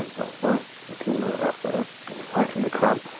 and my little effort reciting the qur'an.